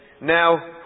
Now